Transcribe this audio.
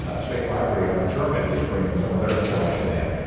ah state library out of germany, is bringing some of their collection in.